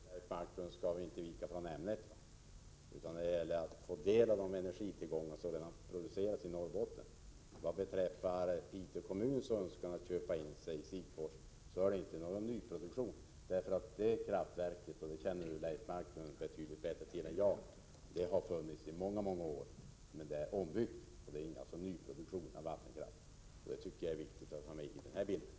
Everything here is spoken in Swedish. Herr talman! Leif Marklund skall inte vika från ämnet. Det gäller att kommunerna skall få del av de energitillgångar som redan finns i Norrbotten. Vad beträffar Piteå kommuns önskan att köpa in sig i Sikfors vill jag framhålla att det inte är fråga om nyproduktion. Detta kraftverk har, som Leif Marklund känner till betydligt bättre än jag, funnits i många år men är ombyggt. Där sker alltså ingen nyproduktion av vattenkraft. Det är viktigt att ta med i bilden.